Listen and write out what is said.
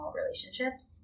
relationships